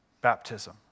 baptism